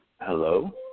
Hello